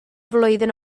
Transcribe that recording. flwyddyn